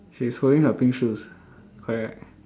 she's holding her pink shoes correct right